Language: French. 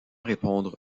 répondre